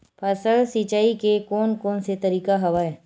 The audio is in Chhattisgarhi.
फसल सिंचाई के कोन कोन से तरीका हवय?